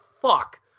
fuck